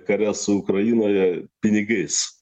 kare su ukrainoje pinigais